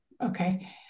Okay